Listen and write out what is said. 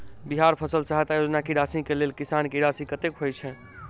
बिहार फसल सहायता योजना की राशि केँ लेल किसान की राशि कतेक होए छै?